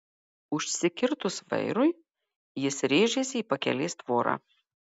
užsikirtus vairui jis rėžėsi į pakelės tvorą